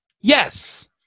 Yes